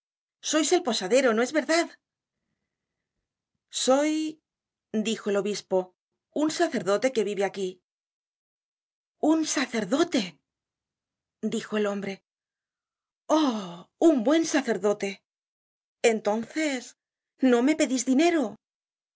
sois el posadero no es verdad soy dijo el obispo un sacerdote que vive aquí un sacerdote dijo el hombre oh un buen sacerdote entonces no me pedis dinero